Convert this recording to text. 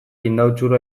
indautxura